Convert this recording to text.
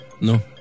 No